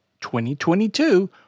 2022